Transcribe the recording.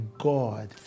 God